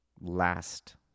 last